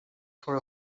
for